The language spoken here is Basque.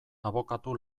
abokatu